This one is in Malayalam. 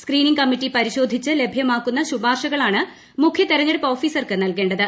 സ്ക്രീനിംഗ് കമ്മറ്റി പരിശോധിച്ച് ലഭ്യമാക്കുന്ന ശുപാർശകളാണ് മുഖ്യതിരഞ്ഞെടുപ്പ് ഓഫീസർക്ക് നൽകേണ്ടത്